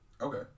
Okay